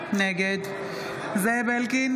נגד זאב אלקין,